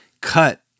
cut